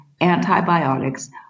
antibiotics